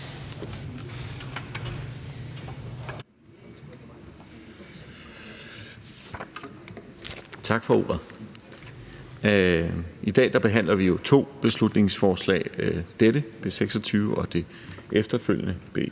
Tak for ordet. I dag behandler vi to beslutningsforslag – dette, B 26, og det efterfølgende, B